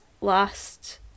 last